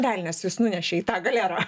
velnias jus nunešė į tą galerą